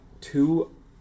two